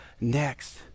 next